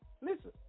Listen